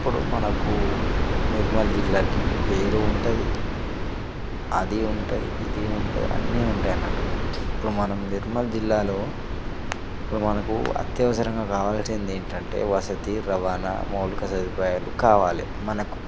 అప్పుడు మనకు నిర్మల్ జిల్లాకి పేరు ఉంటుంది అది ఉంటుంది ఇది ఉంటుంది అన్ని ఉంటాయి అన్నట్టు ఇప్పుడు మనం నిర్మల్ జిల్లాలో ఇప్పుడు మనకు అత్యవసరంగా కావాల్సింది ఏంటంటే వసతి రవాణా మౌలిక సదుపాయాలు కావాలి మనకు